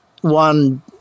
one